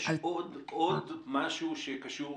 יש עוד משהו שקשור